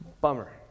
bummer